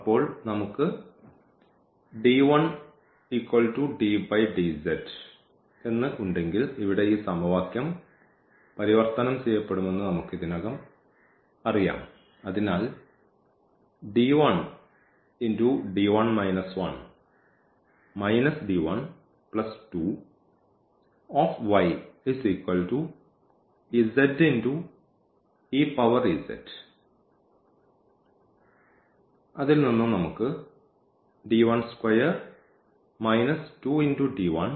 അപ്പോൾ നമുക്ക് ഈ ഉണ്ടെങ്കിൽ ഇവിടെ ഈ സമവാക്യം പരിവർത്തനം ചെയ്യപ്പെടുമെന്ന് നമുക്ക് ഇതിനകം അറിയാം